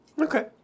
Okay